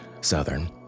Southern